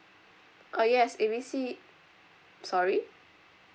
uh yes A B C sorry